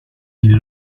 die